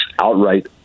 outright